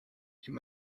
you